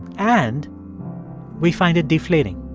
and we find it deflating.